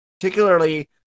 particularly